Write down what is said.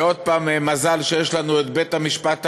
ועוד פעם, מזל שיש לנו בית-המשפט העליון,